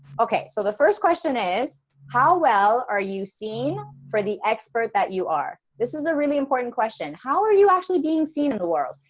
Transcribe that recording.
okay, so the first question is how well are you seen as the expert, that you are? this is a really important question how are you actually being seen in the world?